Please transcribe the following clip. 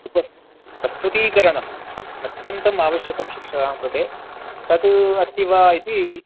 उपस् प्रस्तुतीकरणम् अत् अत्यन्तम् आवश्यकं शिक्षकाणां कृते तद् अस्ति वा इति